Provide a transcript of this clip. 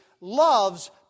loves